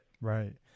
Right